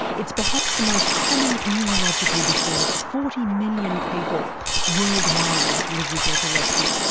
it's perhaps the most common neurological disorder forty million people worldwide live with epilepsy.